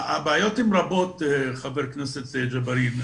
הבעיות הן רבות, חבר הכנסת ג'בארין.